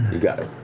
you got it,